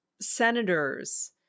senators